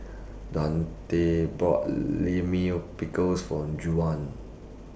Dontae bought Pickle For Juwan